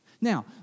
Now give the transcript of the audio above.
Now